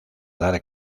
dar